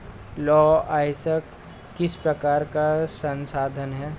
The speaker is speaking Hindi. लौह अयस्क किस प्रकार का संसाधन है?